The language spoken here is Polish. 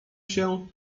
się